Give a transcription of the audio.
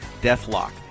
Deathlock